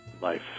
life